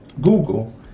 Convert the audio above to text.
Google